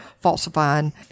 falsifying